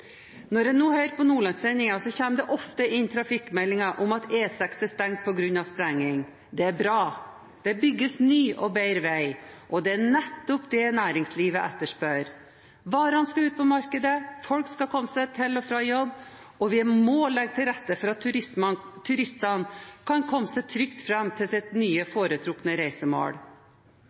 Når jeg nå hører på Nordlandssendingen, kommer det ofte inn trafikkmeldinger om at E6 er stengt på grunn av sprenging. Det er bra, det bygges ny og bedre vei, og det er nettopp det næringslivet etterspør. Varene skal ut på markedet, folk skal komme seg til og fra jobb, og vi må legge til rette for at turistene kan komme seg trygt fram til sine nye, foretrukne reisemål.